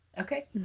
okay